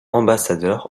ambassadeur